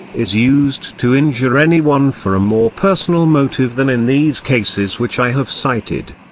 is used to injure any one for a more personal motive than in these cases which i have cited.